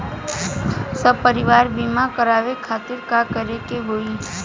सपरिवार बीमा करवावे खातिर का करे के होई?